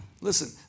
listen